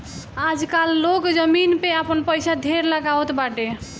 आजकाल लोग जमीन में आपन पईसा ढेर लगावत बाटे